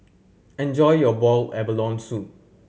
enjoy your boiled abalone soup